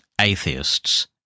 atheists